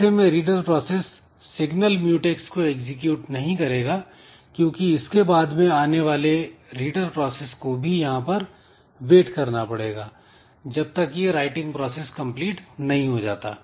ऐसे में reader process signal mutex को एग्जीक्यूट नहीं करेगा क्योंकि इसके बाद में आने वाले रीडर प्रोसेस को भी यहां पर वेट करना पड़ेगा जब तक यह राइटिंग प्रोसेस कंप्लीट नहीं हो जाता